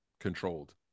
controlled